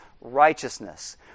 righteousness